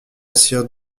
sir